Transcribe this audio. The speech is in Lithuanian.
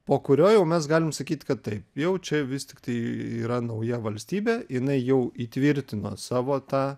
po kurio jau mes galim sakyt kad taip jau čia vis tiktai yra nauja valstybė jinai jau įtvirtino savo tą